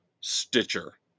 Stitcher